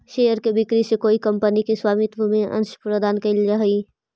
share के बिक्री से कोई कंपनी के स्वामित्व में अंश प्रदान कैल जा हइ